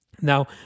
Now